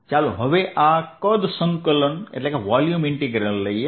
ચાલો હવે આ કદ સંકલન લઈએ